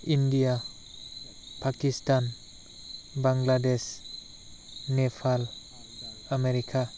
India Pakistan Bangladesh Nepal America